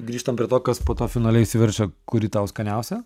grįžtam prie to kas po to finale išsiveržia kuri tau skaniausia